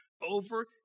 over